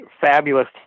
fabulous